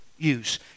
Use